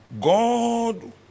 God